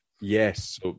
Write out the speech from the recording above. Yes